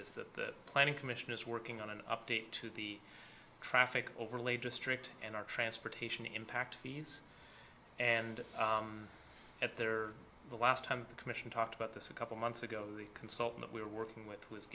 is that planning commission is working on an update to the traffic overlay district and our transportation impact fees and at there the last time the commission talked about this a couple months ago the consultant we were working with was